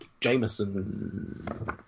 Jameson